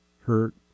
hurt